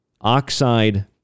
oxide